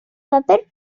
paper